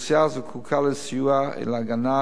זו אוכלוסייה הזקוקה לסיוע ולהגנה,